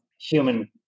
human